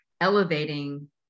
elevating